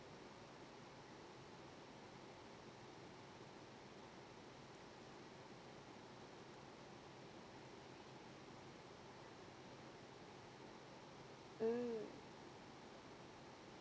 mm